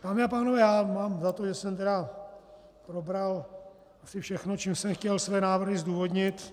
Dámy a pánové, mám za to, že jsem probral všechno, čím jsem chtěl své návrhy zdůvodnit.